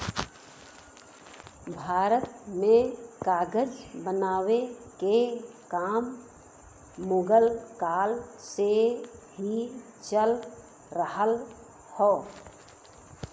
भारत में कागज बनावे के काम मुगल काल से ही चल रहल हौ